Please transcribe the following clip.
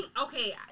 Okay